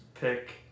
pick